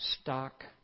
stock